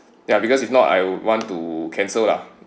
ya because if not I would want to cancel lah